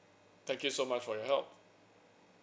thank you so much for your help